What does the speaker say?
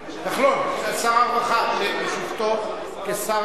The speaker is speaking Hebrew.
כחלון, בשבתו כשר